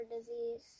disease